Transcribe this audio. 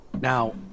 Now